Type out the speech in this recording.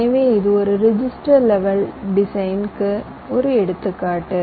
எனவே இது ஒரு ரிஜிஸ்டர் லெவல் டிசைன்க்கு ஒரு எடுத்துக்காட்டு